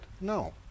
No